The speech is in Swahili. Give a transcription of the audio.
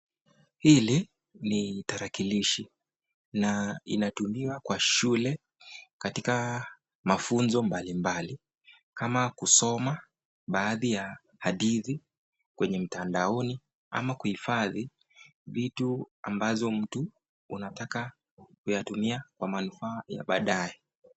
Hili ni tarakilishi na inatumiwa kwa shule katika mafunzo mbali mbali, kama kusoma baadhi ya hadithi kwenye mtandaoni au kuhifadhi vitu ambazo mtu anataka kutumia kwa manufaa ya baadae.